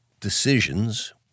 decisions